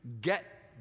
get